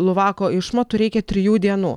luvako išmatų reikia trijų dienų